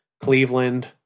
Cleveland